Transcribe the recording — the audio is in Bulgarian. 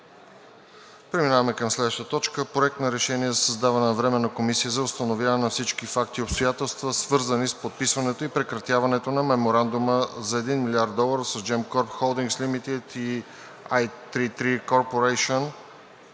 Преминаваме към гласуване на Проекта на решение за създаване на Временна комисия за установяване на всички факти и обстоятелства, свързани с подписването и прекратяването на Меморандума за 1 млрд. долара с Gemcorp Holdings Limited и IP3 Corporation